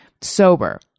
sober